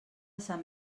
sant